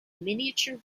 miniature